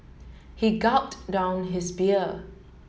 he gulped down his beer